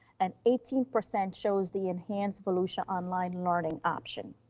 and eighteen percent chose the enhanced volusia online learning option.